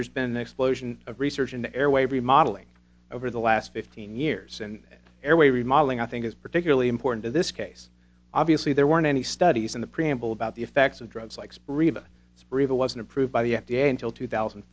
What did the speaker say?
there's been an explosion of research in the airway remodeling over the last fifteen years and airway remodeling i think is particularly important in this case obviously there weren't any studies in the preamble about the effects of drugs like spray of spray the wasn't approved by the f d a until two thousand